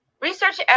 Research